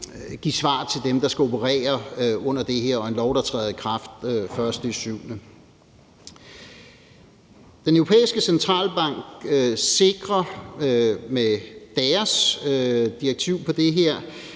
give svar på til dem, der skal operere under det her og med en lov, der træder i kraft den 1. juli. Den Europæiske Centralbank sikrer med deres direktiv for det her